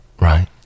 Right